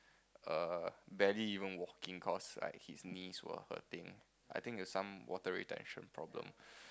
err barely even walking cause like his knees were hurting I think there's some water retention problem